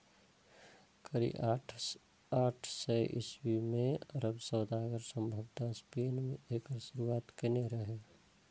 करीब आठ सय ईस्वी मे अरब सौदागर संभवतः स्पेन मे एकर शुरुआत केने रहै